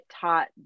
taught